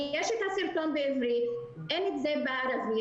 יש את הסרטון בעברית, אין את זה בערבית.